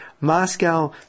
Moscow